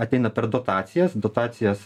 ateina per dotacijas dotacijas